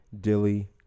Dilly